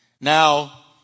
Now